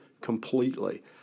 completely